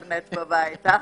בבית.